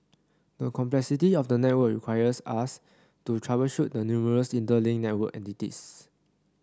the complexity of the network requires us to troubleshoot the numerous interlinked network entities